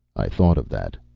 i thought of that.